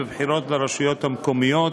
בבחירות לרשויות המקומיות,